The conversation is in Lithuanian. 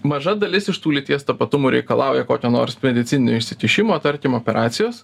maža dalis iš tų lyties tapatumų reikalauja kokio nors medicininio įsikišimo tarkim operacijos